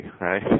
right